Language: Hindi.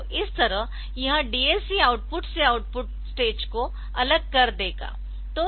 तो इस तरह यह DAC आउटपुट से आउटपुट स्टेज को अलग कर देगा